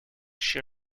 she